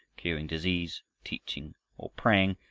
curing disease, teaching, or preaching,